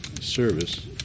service